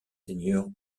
seigneurs